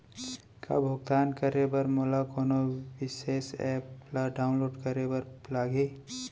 का भुगतान करे बर मोला कोनो विशेष एप ला डाऊनलोड करे बर लागही